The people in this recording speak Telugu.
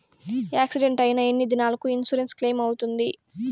యాక్సిడెంట్ అయిన ఎన్ని దినాలకు ఇన్సూరెన్సు క్లెయిమ్ అవుతుంది?